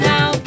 Now